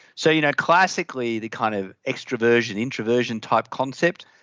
so you know classically the kind of extraversion introversion type concept,